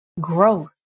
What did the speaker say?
growth